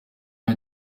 nka